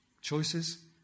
choices